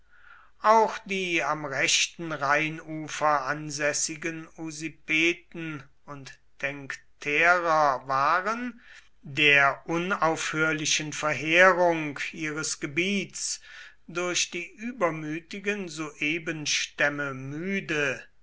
auch die am rechten rheinufer ansässigen usipeten und tencterer waren der unaufhörlichen verheerung ihres gebiets durch die übermütigen suebenstämme müde